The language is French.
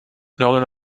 nort